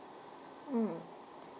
mm